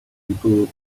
people